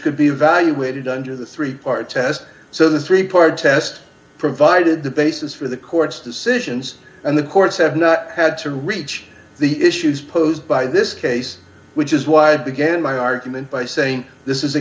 could be evaluated under the three part test so the three part test provided the basis for the court's decisions and the courts have not had to reach the issues posed by this case which is why i began my argument by saying this is a